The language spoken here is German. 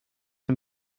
dem